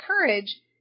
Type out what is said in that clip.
Courage